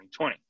2020